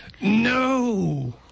No